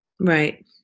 Right